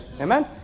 Amen